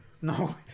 No